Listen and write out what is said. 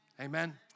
Amen